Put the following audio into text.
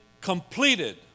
completed